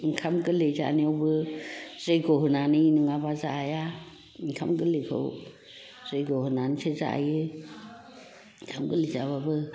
ओंखाम गोर्लै जानायावबो जैग होनानै नङाबा जाया ओंखाम गोर्लैखौ जैग होनानैसो जायो ओंखाम गोर्लै जाबाबो